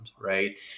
right